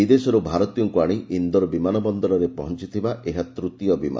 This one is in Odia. ବିଦେଶରୁ ଭାରତୀୟଙ୍କୁ ଆଣି ଇନ୍ଦୋର ବିମାନ ବନ୍ଦରରେ ପହଞ୍ଚଥିବା ଏହା ତୂତୀୟ ବିମାନ